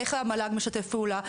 איך המל"ג משתף פעולה?